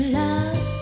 love